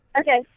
Okay